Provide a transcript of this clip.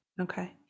Okay